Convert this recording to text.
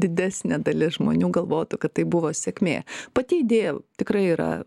didesnė dalis žmonių galvotų kad tai buvo sėkmė pati idėja tikrai yra